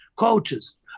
coaches